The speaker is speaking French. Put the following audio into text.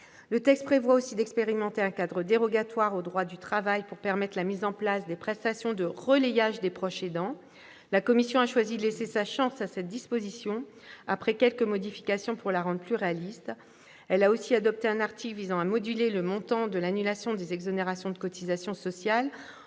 Le texte prévoit aussi d'expérimenter un cadre dérogatoire au droit du travail pour permettre la mise en place de prestations de relayage des proches aidants. La commission a choisi de laisser sa chance à cette disposition, après quelques modifications pour la rendre plus réaliste. Elle a aussi adopté un article visant à moduler le montant de l'annulation des exonérations de cotisations sociales